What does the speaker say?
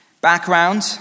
Background